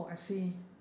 oh I see